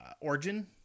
origin